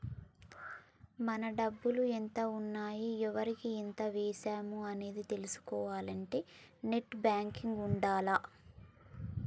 మన డబ్బులు ఎంత ఉన్నాయి ఎవరికి ఎంత వేశాము అనేది తెలుసుకోవాలంటే నెట్ బ్యేంకింగ్ ఉండాల్ల